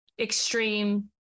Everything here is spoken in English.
extreme